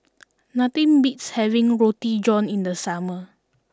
nothing beats having Roti John in the summer